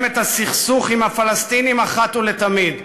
את הסכסוך עם הפלסטינים אחת ולתמיד".